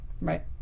Right